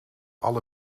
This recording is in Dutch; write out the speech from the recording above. alle